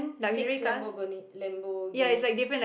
six Lamborghini Lamborghini